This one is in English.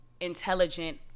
intelligent